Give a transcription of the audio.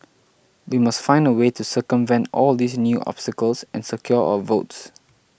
we must find a way to circumvent all these new obstacles and secure our votes